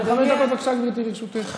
חמש דקות, בבקשה, גברתי, לרשותך.